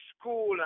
school